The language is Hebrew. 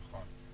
נכון.